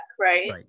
right